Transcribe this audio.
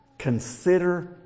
Consider